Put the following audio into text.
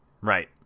right